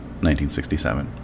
1967